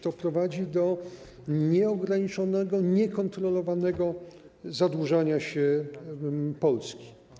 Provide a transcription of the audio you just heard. To prowadzi do nieograniczonego, niekontrolowanego zadłużania się Polski.